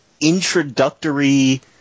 introductory